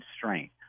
constraint